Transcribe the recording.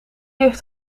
heeft